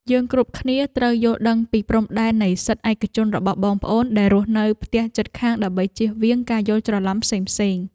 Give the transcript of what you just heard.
យើងគ្រប់គ្នាត្រូវយល់ដឹងពីព្រំដែននៃសិទ្ធិឯកជនរបស់បងប្អូនដែលរស់នៅផ្ទះជិតខាងដើម្បីជៀសវាងការយល់ច្រឡំផ្សេងៗ។